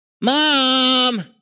Mom